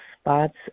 spots